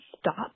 stop